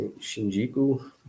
Shinjuku